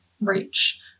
reach